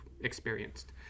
experienced